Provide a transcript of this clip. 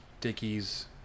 Dickie's